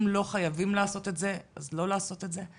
אם לא חייבים לעשות את זה אז לא לעשות את זה,